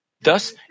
Thus